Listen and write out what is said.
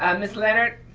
um miss leonard?